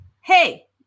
hey